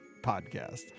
podcast